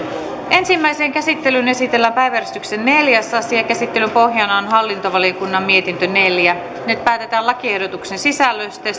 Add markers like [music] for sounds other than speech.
ensimmäiseen käsittelyyn esitellään päiväjärjestyksen neljäs asia käsittelyn pohjana on hallintovaliokunnan mietintö neljä nyt päätetään lakiehdotuksen sisällöstä [unintelligible]